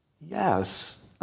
Yes